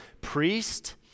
priest